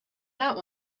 that